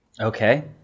Okay